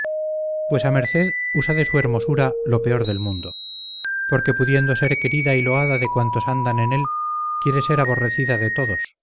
dije vuesa merced usa de su hermosura lo peor del mundo porque pudiendo ser querida y loada de cuantos andan en él quiere ser aborrecida de todos